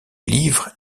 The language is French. livre